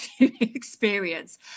experience